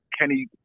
Kenny